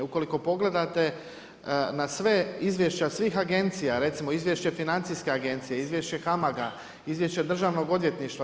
Ukoliko pogledate na sve, izvješća svih agencija, recimo izvješće Financijske agencije, izvješće HAMAG-a, izvješće Državnog odvjetništva.